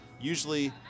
usually